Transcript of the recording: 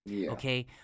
Okay